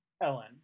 Ellen